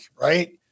right